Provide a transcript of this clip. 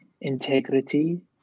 integrity